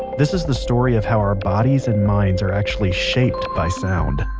this is the story of how our bodies and minds are actually shaped by sound